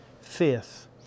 Fifth